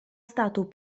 stato